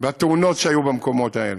והתאונות שהיו במקומות האלה,